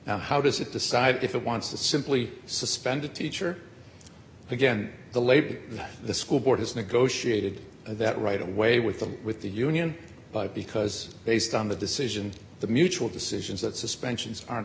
now how does it decide if it wants to simply suspended teacher again the labor the school board has negotiated that right away with them with the union but because based on the decision the mutual decisions that suspensions aren't